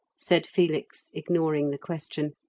said felix, ignoring the question.